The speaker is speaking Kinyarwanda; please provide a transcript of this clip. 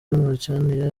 mauritania